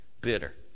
bitter